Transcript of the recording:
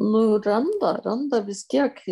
nu randa randa vis tiek